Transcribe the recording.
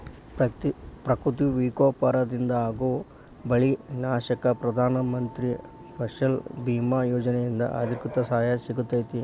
ಪ್ರಕೃತಿ ವಿಕೋಪದಿಂದಾಗೋ ಬೆಳಿ ನಾಶಕ್ಕ ಪ್ರಧಾನ ಮಂತ್ರಿ ಫಸಲ್ ಬಿಮಾ ಯೋಜನೆಯಿಂದ ಆರ್ಥಿಕ ಸಹಾಯ ಸಿಗತೇತಿ